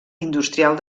industrial